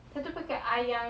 berapa